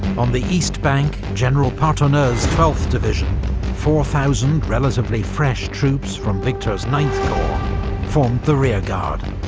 on the east bank, general partonneux's twelfth division four thousand relatively fresh troops from victor's ninth corps formed the rearguard.